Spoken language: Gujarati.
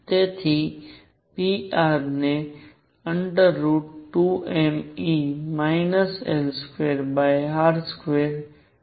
તેથી pr ને √